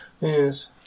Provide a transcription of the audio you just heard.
Yes